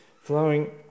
flowing